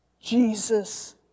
Jesus